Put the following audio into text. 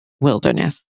wilderness